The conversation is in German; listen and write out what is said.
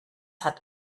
hat